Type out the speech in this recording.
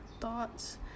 thoughts